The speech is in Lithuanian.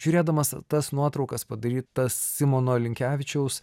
žiūrėdamas tas nuotraukas padarytas simono linkevičiaus